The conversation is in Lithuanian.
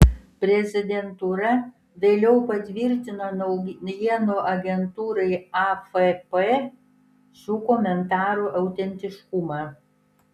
prezidentūra vėliau patvirtino naujienų agentūrai afp šių komentarų autentiškumą